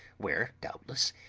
where, doubtless,